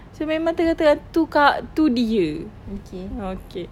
so memang terang-terang itu kak itu dia okay